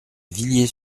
villiers